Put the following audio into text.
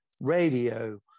radio